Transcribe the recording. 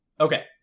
Okay